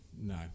no